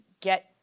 get